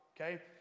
okay